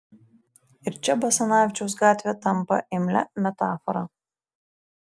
ir čia basanavičiaus gatvė tampa imlia metafora